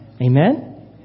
Amen